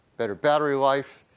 better battery life,